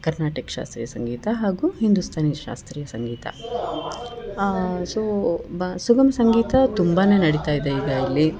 Carnatic ಶಾಸ್ತ್ರೀಯ ಸಂಗೀತ ಹಾಗೂ ಹಿಂದೂಸ್ತಾನಿ ಶಾಸ್ತ್ರೀಯ ಸಂಗೀತ ಸೊ ಬ ಸುಗಮಸಂಗೀತ ತುಂಬಾ ನಡೀತಾಯಿದೆ ಈಗ ಇಲ್ಲಿ